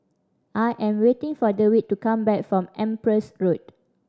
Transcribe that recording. I am waiting for Dewitt to come back from Empress Road